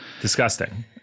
Disgusting